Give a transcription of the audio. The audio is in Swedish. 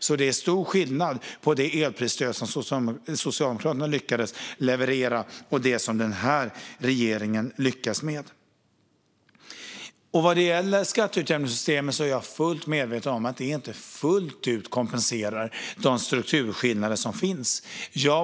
Det är alltså stor skillnad mellan det elprisstöd som Socialdemokraterna lyckades leverera och det som denna regering lyckats med. Jag är fullt medveten om att skatteutjämningssystemet inte fullt ut kompenserar för de strukturskillnader som finns.